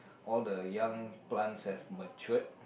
all the young plants have matured